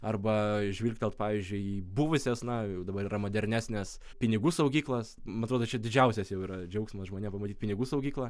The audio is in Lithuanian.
arba žvilgtelt pavyzdžiui į buvusias na jau dabar yra modernesnės pinigų saugyklos man atrodo čia didžiausias jau yra džiaugsmas žmonėm pamatyt pinigų saugyklą